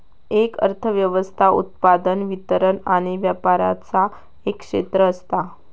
एक अर्थ व्यवस्था उत्पादन, वितरण आणि व्यापराचा एक क्षेत्र असता